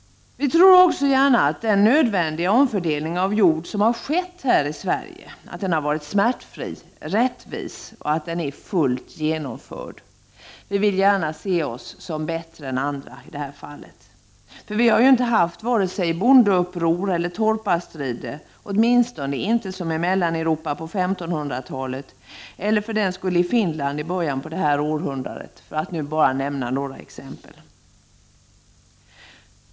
Vi tror också gärna att den nödvändiga omfördelning av jord som skett här i Sverige har passerat smärtfritt och varit rättvis och att den är fullt genomförd. Vi vill ju gärna se oss som bättre än andra i det här fallet. Vi har ju inte haft vare sig bondeuppror eller torparstrider, åtminstone inte som i Mellaneuropa på 1500-talet eller för den skull i Finland i början på detta århundrade, för att nu bara nämna några exempel.